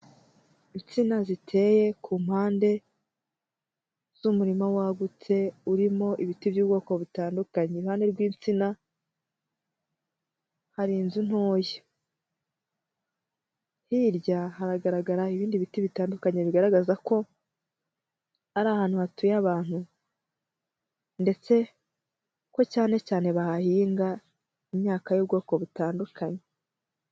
Insina ziteye ku mpande z'umurima wagutse, urimo ibiti by'ubwoko butandukanye. Iruhande rw'insina hari inzu ntoya. Hirya haragaragara ibindi biti bitandukanye bigaragaza ko ari ahantu hatuye abantu ndetse ko cyane cyane bahahinga imyaka y'ubwoko butandukanye.